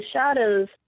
shadows